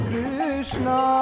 Krishna